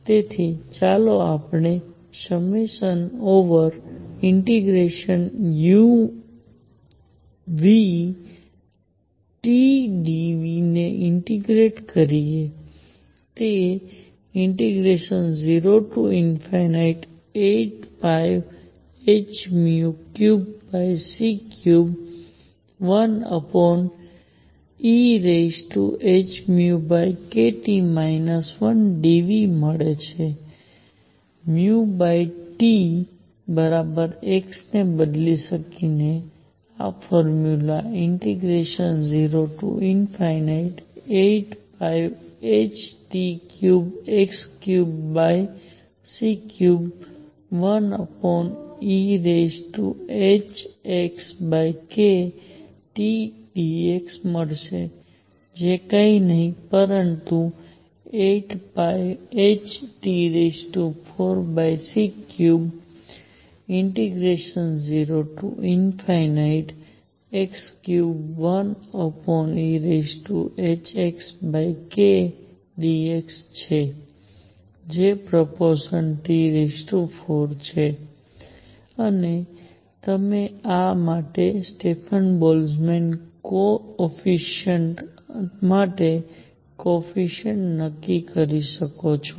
તેથી ચાલો આપણે ∫udν ને ઇન્ટીગ્રેટ કરીએ તે∫08πhν3c31 ehνkT 1dν મળે છે Tx ને બદલી એ પછી આ ફોર્મ્યુલા ∫08πhT3x3c31 ehxkTdx બનશે જે કઈ નહીં પરંતુ 8πhT4c3∫0x31 ehxkdx છે જે પ્રપોર્શન T4 છે અને તમે આ માટે સ્ટેફન બોલ્ટ્ઝમેન કો ઈફીસીએન્ટ માટે કો ઈફીસીએન્ટ નક્કી કરી શકો છો